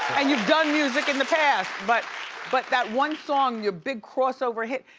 and you've done music in the past, but but that one song, your big crossover hit,